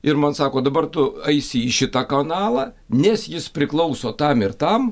ir man sako dabar tu eisi į šitą kanalą nes jis priklauso tam ir tam